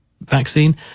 vaccine